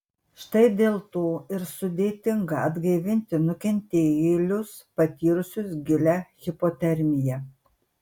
štai dėl to ir sudėtinga atgaivinti nukentėjėlius patyrusius gilią hipotermiją